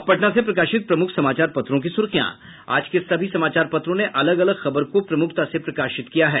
अब पटना से प्रकाशित प्रमुख समाचार पत्रों की सुर्खियां आज के सभी समाचार पत्रों ने अलग अलग खबर को प्रमुखता से प्रकाशित किया है